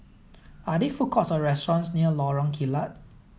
are there food courts or restaurants near Lorong Kilat